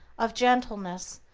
of gentleness,